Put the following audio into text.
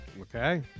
Okay